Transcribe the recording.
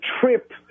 trip